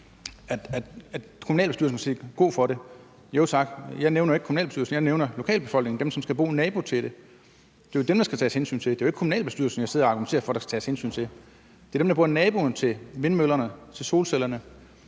at kommunalbestyrelsen siger god for det – jo tak. Jeg nævner ikke kommunalbestyrelsen, jeg nævner lokalbefolkningen; dem, som skal bo som nabo til det. Det er jo dem, der skal tages hensyn til. Det er jo ikke kommunalbestyrelsen, jeg sidder og argumenterer for at der skal tages hensyn til. Det er dem, der bor som naboer til vindmøllerne, til solcellerne